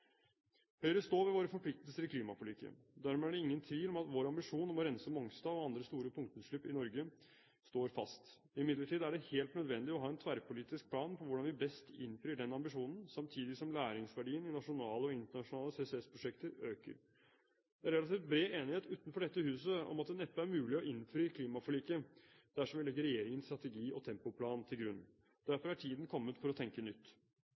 Høyre står ved sine forpliktelser i klimaforliket. Dermed er det ingen tvil om at vår ambisjon om å rense Mongstad og andre store punktutslipp i Norge står fast. Imidlertid er det helt nødvendig å ha en tverrpolitisk plan for hvordan vi best innfrir den ambisjonen, samtidig som læringsverdien i nasjonale og internasjonale CCS-prosjekter øker. Det er relativt bred enighet utenfor dette huset om at det neppe er mulig å innfri klimaforliket dersom vi legger regjeringens strategi og tempoplan til grunn. Derfor er tiden kommet for å tenke nytt.